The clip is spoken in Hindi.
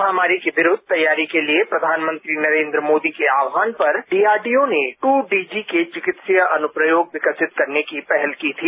महामारी को विरुद्ध तैयारी के लिए प्रधानमंत्री नरेंद्र मोदी के आह्वान पर डीआरडीओ ने टू डीजी के चिकित्सीय अनुप्रयोग विकसित करने की पहल की थी